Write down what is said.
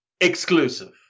exclusive